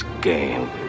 Game